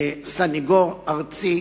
סניגור ארצי